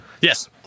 Yes